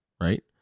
Right